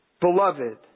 beloved